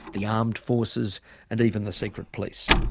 the armed forces and even the secret police.